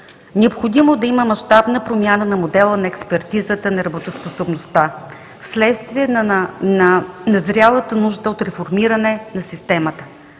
Необходимо е да има мащабна промяна на модела на експертизата на работоспособността вследствие на назрялата нужда от реформиране на системата